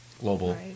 global